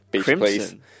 Crimson